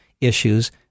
issues